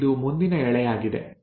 ಮತ್ತು ಇದು ಮುಂದಿನ ಎಳೆಯಾಗಿದೆ